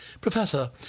Professor